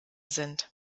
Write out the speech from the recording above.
sind